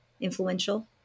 influential